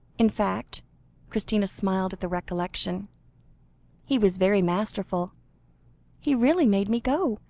in fact christina smiled at the recollection he was very masterful he really made me go.